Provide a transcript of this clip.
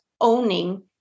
owning